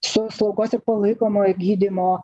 su slaugos ir palaikomojo gydymo